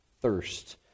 thirst